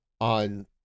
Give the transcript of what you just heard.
on